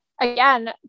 again